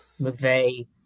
McVeigh